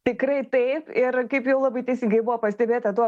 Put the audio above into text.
tikrai taip ir kaip jau labai teisingai buvo pastebėta tuo